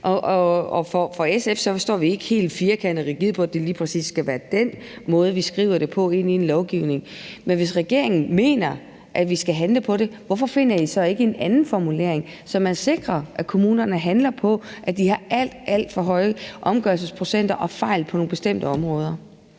I SF står vi ikke helt firkantet og rigidt på, at det lige præcis skal være den måde, vi skriver det ind i en lovgivning på. Men hvis regeringen mener, at vi skal handle på det, hvorfor finder I så ikke en anden formulering, så man sikrer, at kommunerne handler på, at de har alt, alt for høje omgørelsesprocenter og fejl på nogle bestemte områder?